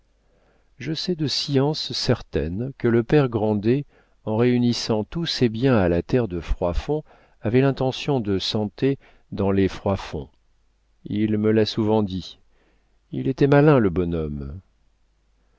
je sais de science certaine que le père grandet en réunissant tous ses biens à la terre de froidfond avait l'intention de s'enter sur les froidfond il me l'a souvent dit il était malin le bonhomme